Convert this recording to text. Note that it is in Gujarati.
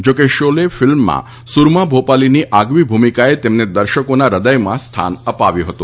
જોકે શોલે ફિલ્મમાં સુરમા ભોપાલીની આગવી ભૂમિકાએ તેમને દર્શકોના હૃદયમાં સ્થાન અપાવ્યું હતું